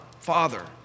Father